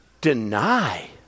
deny